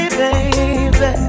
baby